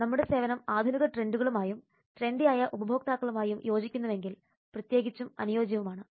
നമ്മുടെ സേവനം ആധുനിക ട്രെൻഡുകളുമായും ട്രെൻഡിയായ ഉപഭോക്താക്കളുമായും യോജിക്കുന്നുവെങ്കിൽ പ്രത്യേകിച്ചും അനുയോജ്യവുമാണ്